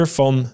van